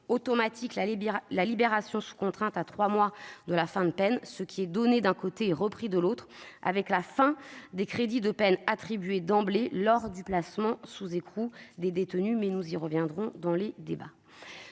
automatique la libération sous contrainte à trois mois de la fin de peine, ce qui est donné, d'un côté, est repris de l'autre, avec la fin des crédits de peine attribués d'emblée lors du placement sous écrou des détenus. Nous y reviendrons lors de la